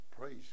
Praise